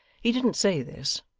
he didn't say this.